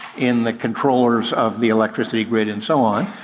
in the controllers of the electricity grid, and so on.